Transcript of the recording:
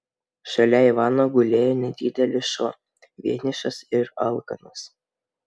šalia ivano gulėjo nedidelis šuo vienišas ir alkanas